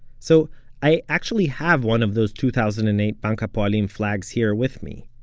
so i actually have one of those two thousand and eight bank ha'poalim flags here with me.